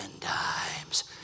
times